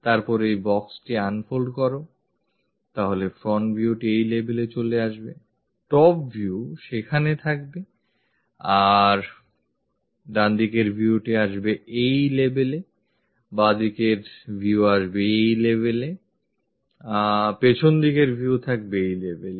তারপর এই boxটি unfold করো তাহলে front viewটি এই level এ চলে আসবে top view সেখানে আসবে ডানদিকের viewটি আসবে সেই level এ বামদিকের view আসবে এই level এ এবং পেছনদিকের view আসবে এই level এ